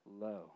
low